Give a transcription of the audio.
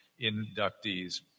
inductees